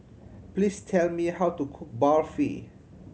please tell me how to cook Barfi